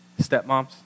stepmoms